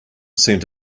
seemed